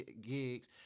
gigs